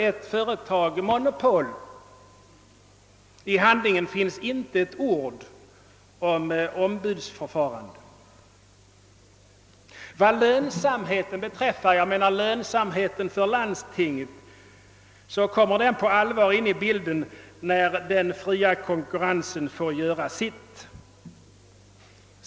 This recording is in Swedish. Ett företag får monopol. I avtalshandlingen finns inte ett ord om anbudsförfarande. Vad lönsamheten för landstingen beträffar kommer den på allvar in i bilden när den fria konkurrensen får göra sitt.